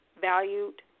valued